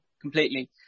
completely